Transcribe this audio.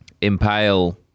Impale